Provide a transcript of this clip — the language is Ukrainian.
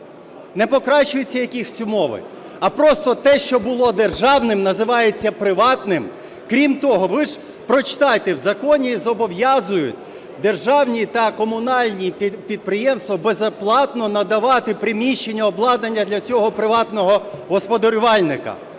не покращуються якісь умови, а просто те, що було державним, називається приватним. Крім того, ви ж прочитайте, в законі зобов'язують державні та комунальні підприємства безоплатно надавати приміщення, обладнання для цього приватного господарювальника.